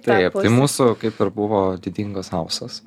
taip tai mūsų kaip ir buvo didingas auksas